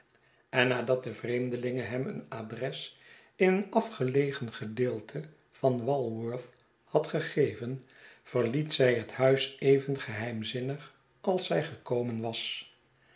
en nadat de vreemdelinge hern een adres in een afgelegen gedeelte van walworth had gegeven verliet zij het huis even geheimzinnig als zij gekomen was